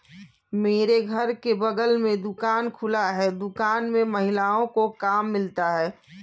मेरे घर के बगल में दुकान खुला है दुकान में महिलाओं को काम मिलता है